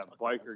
biker